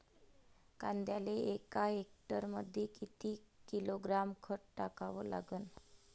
कांद्याले एका हेक्टरमंदी किती किलोग्रॅम खत टाकावं लागन?